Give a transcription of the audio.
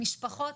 משפחות,